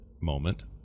moment